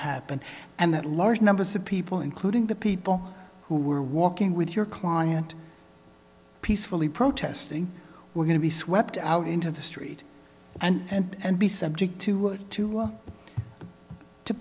happen and that large numbers of people including the people who were walking with your client peacefully protesting we're going to be swept out into the street and be subject to to to